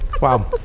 wow